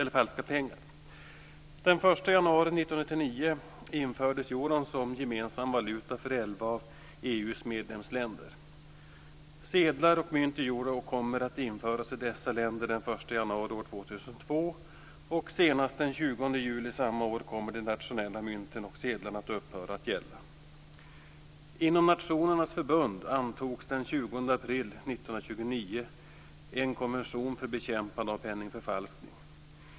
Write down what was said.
Den 1 januari 1999 infördes euron som gemensam valuta för elva av EU:s medlemsländer. Sedlar och mynt i euro kommer att införas i dessa länder den 1 januari år 2002. Senast den 20 juli samma år kommer de nationella mynten och sedlarna att upphöra att gälla. 1929 en konvention för bekämpande av penningförfalskning.